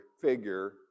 figure